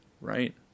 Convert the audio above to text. right